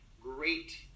Great